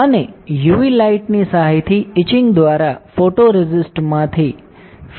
અને યુવી લાઇટની સહાયથી એચિંગ દ્વારા ફોટોરેસિસ્ટમાંથી ફીચર બનાવવામાં આવે છે